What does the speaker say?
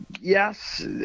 yes